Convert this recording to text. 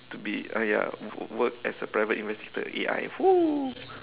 to be uh ya work as a private investigator A_I !woo!